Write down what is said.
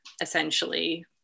essentially